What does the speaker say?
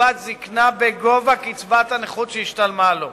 לקצבת זיקנה בגובה קצבת הנכות שהשתלמה לו,